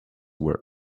work